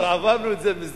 כבר עברנו את זה מזמן.